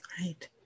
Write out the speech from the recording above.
Right